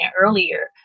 earlier